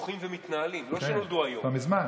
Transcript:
תרשה לי, היושב-ראש,